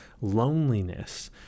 loneliness